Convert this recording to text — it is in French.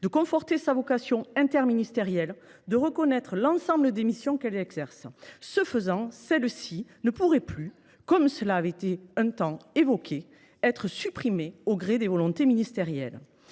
de conforter sa vocation interministérielle, et de reconnaître l’ensemble des missions qu’elle exerce. Ce faisant, cette mission ne pourrait plus, comme cela avait un temps était évoqué, être supprimée au gré des volontés ministérielles.